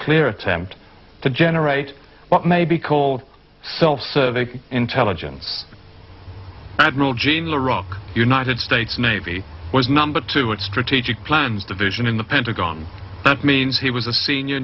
clear attempt to generate what may be called self serving intelligence admiral jima rock united states navy was number two in strategic plans division in the pentagon that means he was a senior